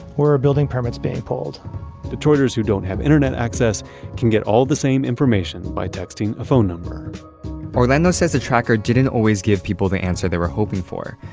where are building permits being pulled detroiters who don't have internet access can get all the same information by texting a phone number orlando says the tracker didn't always give people the answer they were hoping for,